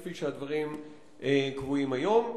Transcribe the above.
כפי שהדברים קבועים היום.